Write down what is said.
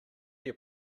your